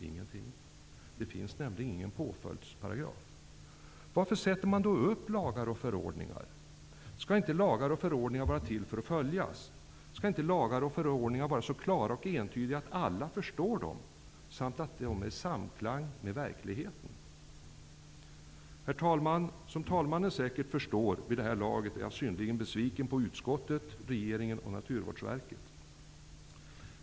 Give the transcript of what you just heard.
Ingenting, det finns nämligen ingen påföljdsparagraf. Varför sätter man då upp lagar och förordningar? Skall inte lagar och förordningar vara till för att följas? Skall inte lagar och förordningar vara så klara och entydiga att alla förstår dem och vara i samklang med verkligheten? Herr talman! Som talmannen säkert vid det här laget förstår är jag synnerligen besviken på utskottet, regeringen och Naturvårdsverket.